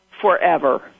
forever